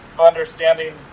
understanding